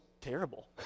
terrible